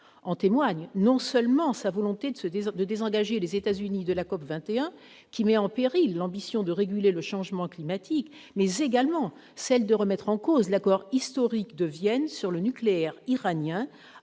En témoignent ainsi non seulement sa volonté de désengager les États-Unis de la COP 21, qui met en péril l'ambition de réguler le changement climatique, mais également celle de remettre en cause l'accord historique de Vienne sur le nucléaire iranien,